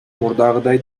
мурдагыдай